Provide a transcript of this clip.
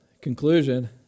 conclusion